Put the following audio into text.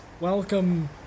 Welcome